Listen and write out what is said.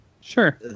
Sure